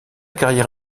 carrière